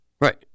Right